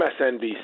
MSNBC